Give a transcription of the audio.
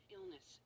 Illness